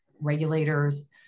regulators